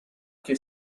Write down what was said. che